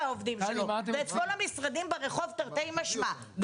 העובדים שלו ואת כל המשרדים ברחוב תרתי משמע.